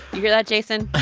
you hear that, jason?